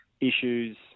issues